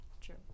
true